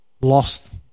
lost